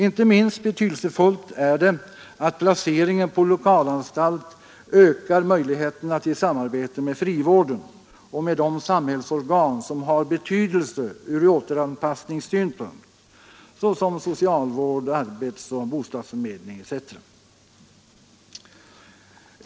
Inte minst betydelsefullt är det att placeringen på lokal anstalt ökar möjligheterna till samarbete med frivården och med de samhällsorgan som har betydelse ur återanpassningssynpunkt, såsom socialvård, arbetsoch bostadsförmedling etc.